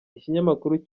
ikinyamakuru